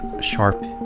sharp